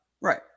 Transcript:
Right